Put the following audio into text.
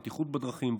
בטיחות בדרכים,